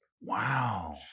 Wow